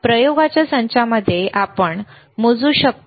प्रयोगाच्या संचामध्ये आपण मोजू शकतो